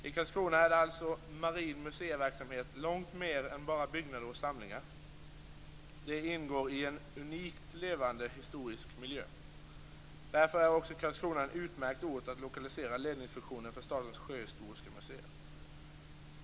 I Karlskrona är alltså marin museiverksamhet långt mer än bara byggnader och samlingar. Den ingår i en unik och levande historisk miljö. Därför är också Karlskrona en utmärkt ort att lokalisera ledningsfunktionen för Statens sjöhistoriska museer till.